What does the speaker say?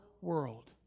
world